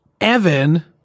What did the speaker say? Evan